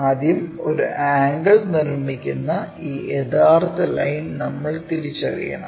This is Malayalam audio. ആദ്യം ഒരു ആംഗിൾ നിർമ്മിക്കുന്ന ഈ യഥാർത്ഥ ലൈൻ നമ്മൾ തിരിച്ചറിയണം